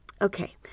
Okay